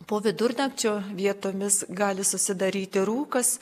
po vidurnakčio vietomis gali susidaryti rūkas